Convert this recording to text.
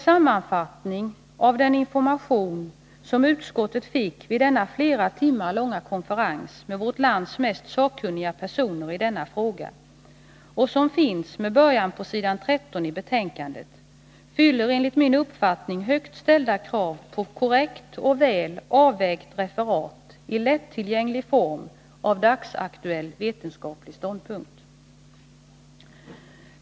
Sammanfattningen av den information som utskottet fick vid denna flera timmar långa konferens med vårt lands mest sakkunniga personer i denna fråga och som finns med början på s. 13i betänkandet fyller enligt min uppfattning högt ställda krav på ett korrekt och väl avvägt referat i lättillgänglig form av en dagsaktuell vetenskaplig ståndpunkt.